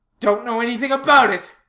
don't know anything about it.